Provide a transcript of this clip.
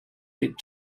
bit